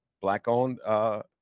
black-owned